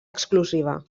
exclusiva